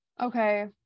okay